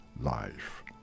life